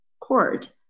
Court